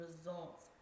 results